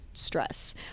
stress